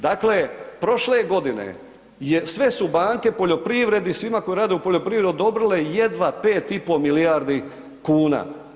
Dakle, prošle godine sve su banke poljoprivredi, svima koji rade u poljoprivredi odobrile jedva 5,5 milijardi kuna.